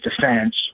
defense